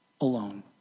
alone